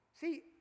See